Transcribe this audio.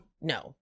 no